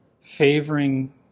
favoring